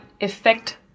effect